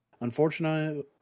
Unfortunately